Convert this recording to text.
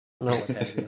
No